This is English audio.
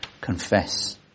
confess